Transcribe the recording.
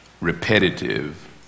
repetitive